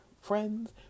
friends